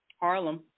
Harlem